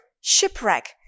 shipwreck